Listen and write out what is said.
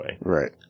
Right